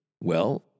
well